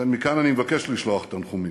ובכן, מכאן אני מבקש לשלוח תנחומים,